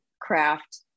craft